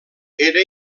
era